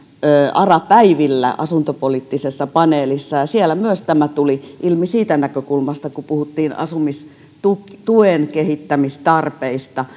ara päivillä asuntopoliittisessa paneelissa ja myös siellä tämä tuli ilmi siitä näkökulmasta kun puhuttiin asumistuen kehittämistarpeista